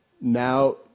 Now